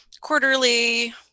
quarterly